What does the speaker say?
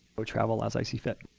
go travel as i see fit.